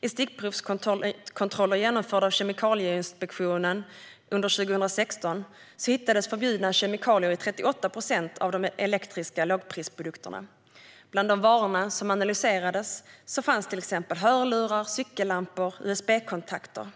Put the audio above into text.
I stickprovskontroller genomförda av Kemikalieinspektionen under 2016 hittades förbjudna kemikalier i 38 procent av de elektriska lågprisprodukterna. Bland varorna som analyserades fanns till exempel hörlurar, cykellampor och usb-kontakter.